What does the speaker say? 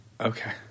Okay